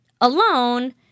alone